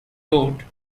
wrote